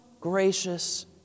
gracious